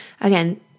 Again